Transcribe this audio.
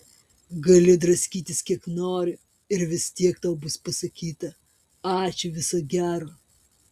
gali draskytis kiek nori ir vis tiek tau bus pasakyta ačiū viso gero